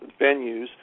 venues